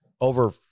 over